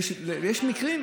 ויש מקרים,